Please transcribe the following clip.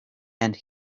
and